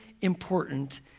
important